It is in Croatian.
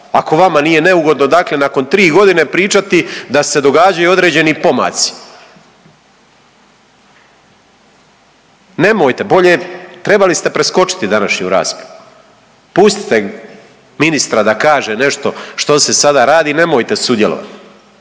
Ako vama nije neugodno, dakle nakon tri godine pričati da se događaju određeni pomaci. Nemojte bolje, trebali ste preskočiti današnju raspravu. Pustite ministra da kaže nešto što se sada radi, nemojte sudjelovati.